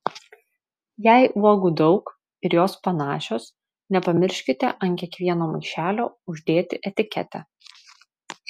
jei uogų daug ir jos panašios nepamirškite ant kiekvieno maišelio uždėti etiketę